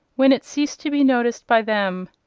when it ceased to be noticed by them.